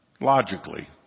logically